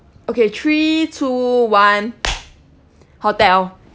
okay three two one hotel